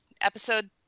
episode